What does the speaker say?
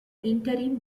interim